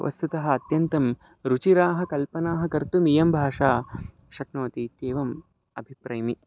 वस्तुतः अत्यन्तं रुचिराः कल्पनाः कर्तुमियं भाषा शक्नोति इत्येवम् अभिप्रैमि